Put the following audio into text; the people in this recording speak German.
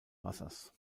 wassers